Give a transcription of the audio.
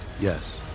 Yes